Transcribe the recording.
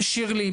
שירלי,